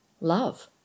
love